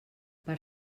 per